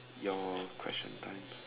your question I